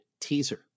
teaser